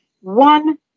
one